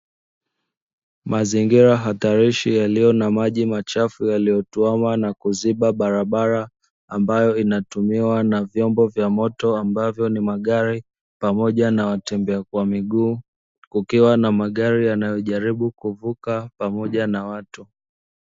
Mazingira hatarishi yaliyo na maji machafu yaliyotuhama na kuziba barabara, ambayo inatumiwa na vyombo vya moto ambavyo ni magari na watembea kwa miguu, kukiwa na magari yanayojaribu kuvuka pamoja na watu.